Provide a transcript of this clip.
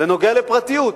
זה נוגע לפרטיות.